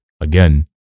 again